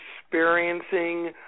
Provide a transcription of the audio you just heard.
experiencing